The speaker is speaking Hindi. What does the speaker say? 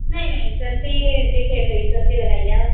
नहीं नहीं ट्वंटी देखिए सही ट्वंटी लगाइए आप